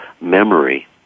memory